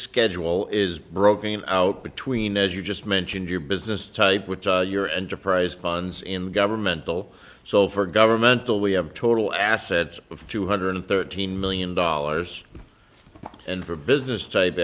schedule is broken out between as you just mentioned your business type with your and to prize funds in governmental soul for governmental we have total assets of two hundred thirteen million dollars and for business type